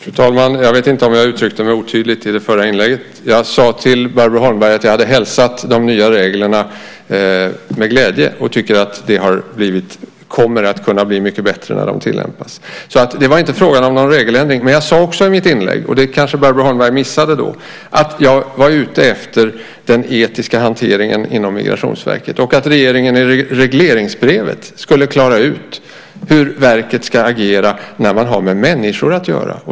Fru talman! Jag vet inte om jag uttryckte mig otydligt i förra inlägget. Jag sade till Barbro Holmberg att jag hälsat de nya reglerna med glädje och att jag menar att det kommer att kunna bli mycket bättre när de tillämpas. Det var alltså inte fråga om någon regeländring. Jag sade också i mitt inlägg, vilket Barbro Holmberg kanske missade, att jag var ute efter den etiska hanteringen inom Migrationsverket och efter att regeringen i regleringsbrevet skulle klara ut hur verket ska agera när man har med människor att göra.